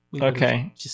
okay